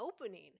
opening